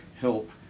help